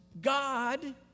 God